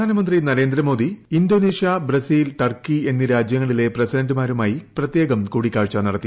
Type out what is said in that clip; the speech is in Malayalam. പ്രധാനമന്ത്രി നരേന്ദ്രമോദി ഇന്തോനേഷ്യ ബ്രസീൽ ടർക്കി എന്നീ രാജ്യങ്ങളിലെ പ്രസിഡന്റുമാരുമായി പ്രത്യേകം കൂടിക്കാഴ്ച നടത്തി